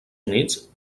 units